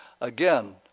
Again